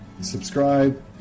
Subscribe